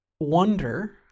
wonder